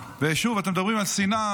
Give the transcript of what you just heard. ושוב אתם מדברים על שנאה,